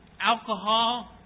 Alcohol